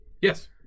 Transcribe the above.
Yes